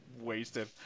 wasted